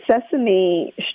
Sesame